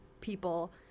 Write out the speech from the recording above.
people